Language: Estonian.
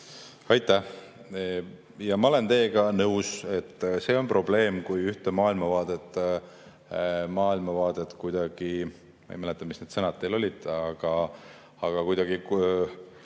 Aitäh! Ma olen teiega nõus, et see on probleem, kui ühte maailmavaadet kuidagi – ma ei mäleta, mis need sõnad olid –, kuidagi